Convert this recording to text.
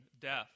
death